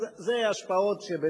אז אלו באמת השפעות.